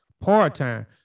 part-time